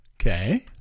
Okay